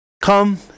Come